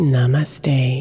Namaste